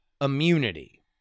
immunity